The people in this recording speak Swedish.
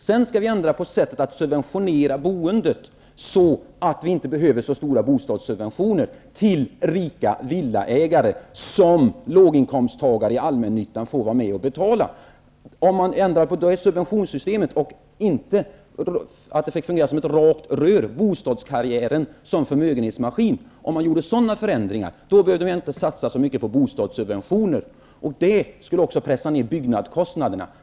Vi vill också ändra sättet att subventionera boendet, att vi inte behöver ge stora bostadssubventioner till rika villaägare, subventioner som låginkomsttagare i allmännyttan får vara med och betala. Ändrar man på subventionssystemet så att det inte fungerar som ett rakt rör, dvs. bostadskarriären som förmögenhetsmaskin, skulle vi inte behöva satsa så mycket på bostadssubventioner. Det skulle också pressa ned byggkostnaderna.